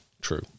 True